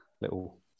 little